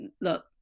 look